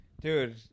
Dude